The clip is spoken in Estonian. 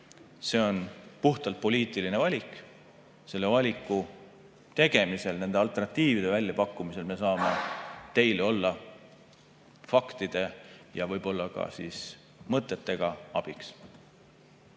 See on puhtalt poliitiline valik. Selle valiku tegemisel, nende alternatiivide väljapakkumisel me saame teile olla faktide ja võib-olla ka mõtetega abiks.